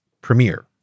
Premiere